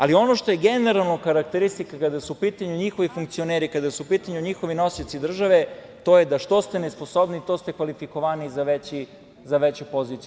Ali ono što je generalno karakteristika kada su u pitanju njihovi funkcioneri, kada su u pitanju njihovi nosioci države, to je da što ste nesposobniji, to ste kvalifikovaniji za veću poziciju.